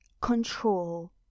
control